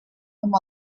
amb